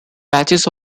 patches